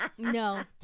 no